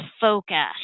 focus